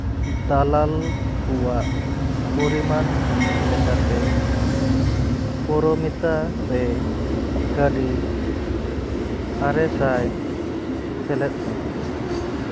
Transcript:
ᱫᱟᱞᱟᱞ ᱠᱚᱣᱟᱜ ᱯᱚᱨᱤᱢᱟᱱ ᱞᱮᱠᱟᱛᱮ ᱯᱳᱨᱳᱢᱤᱛᱟ ᱨᱮ ᱠᱟᱹᱣᱰᱤ ᱟᱨᱮ ᱥᱟᱭ ᱥᱮᱞᱮᱫ ᱢᱮ